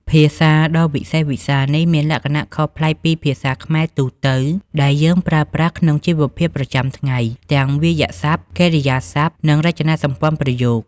ភាសាដ៏វិសេសវិសាលនេះមានលក្ខណៈខុសប្លែកពីភាសាខ្មែរទូទៅ ដែលយើងប្រើប្រាស់ក្នុងជីវភាពប្រចាំថ្ងៃ ទាំងវាក្យសព្ទ កិរិយាសព្ទ និងរចនាសម្ព័ន្ធប្រយោគ។